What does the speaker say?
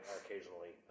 occasionally